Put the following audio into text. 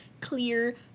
clear